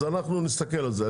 אז אנחנו נסתכל על זה.